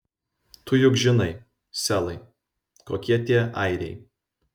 tu juk žinai selai kokie tie airiai